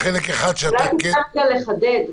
אולי כדאי לחדד.